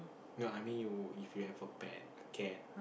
no I mean you if you have a pet a cat